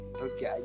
okay